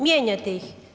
Mijenjajte ih.